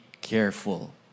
careful